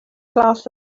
glass